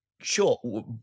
Sure